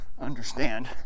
understand